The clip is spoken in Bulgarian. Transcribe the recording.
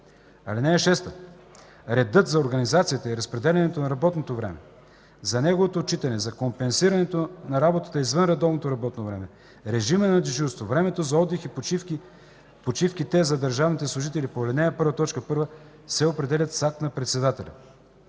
(6) Редът за организацията и разпределянето на работното време, за неговото отчитане, за компенсирането на работата извън редовното работно време, режима на дежурство, времето за отдих и почивките за държавните служители по ал. 1, т. 1 се определят с акт на председателя.